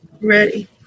Ready